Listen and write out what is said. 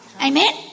amen